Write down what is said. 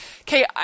Okay